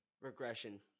regression